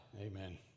Amen